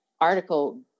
article